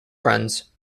friends